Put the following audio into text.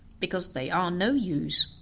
because they are no use.